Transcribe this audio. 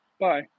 Bye